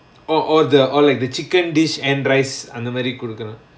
or or the or like the chicken dish and rice அந்தமாரி கொடுக்குறாங்க:anthamaari kodukuraanga